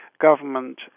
government